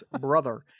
brother